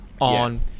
on